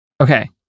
Okay